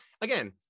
again